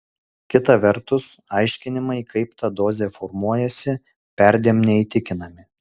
kita vertus aiškinimai kaip ta dozė formuojasi perdėm neįtikinami